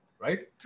right